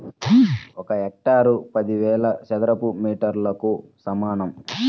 ఒక హెక్టారు పదివేల చదరపు మీటర్లకు సమానం